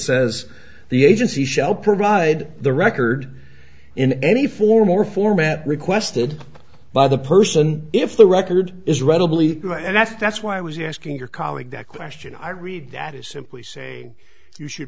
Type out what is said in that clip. says the agency shall provide the record in any form or format requested by the person if the record is readily and that's that's why i was asking your colleague that question i read that is simply saying you should